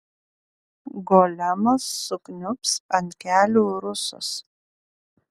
golemas sukniubs ant kelių rusas